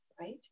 right